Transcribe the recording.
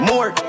More